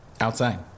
Outside